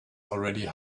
already